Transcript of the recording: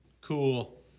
Cool